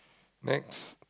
next